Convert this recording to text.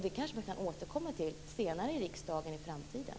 Det kanske vi kan återkomma till i riksdagen i framtiden.